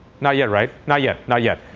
not yet, right? not yet. not yet.